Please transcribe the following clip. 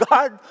God